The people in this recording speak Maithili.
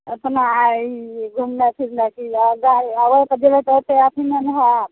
अपना आइ घुमनाइ फिरनाइ कि गाड़ी अएबै तऽ जएबै तऽ ओतेक अथी नहि ने हैत